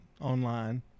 online